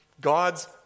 God's